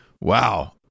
wow